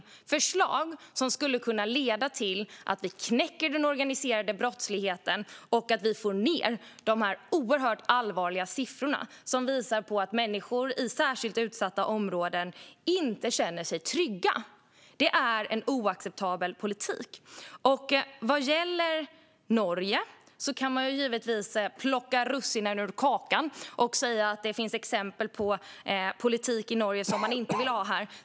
Det är förslag som skulle kunna leda till att vi knäcker den organiserade brottsligheten och får ned de oerhört allvarliga siffrorna som visar på att människor i särskilt utsatta områden inte känner sig trygga. Det är en oacceptabel politik. Vad gäller Norge kan man givetvis plocka russinen ur kakan och säga att det finns exempel på politik i Norge som man inte vill ha här.